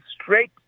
straight